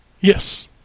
Yes